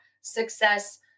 success